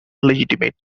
legitimate